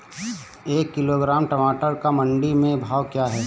एक किलोग्राम टमाटर का मंडी में भाव क्या है?